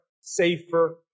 Safer